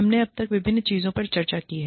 हमने अब तक विभिन्न चीजों पर चर्चा की है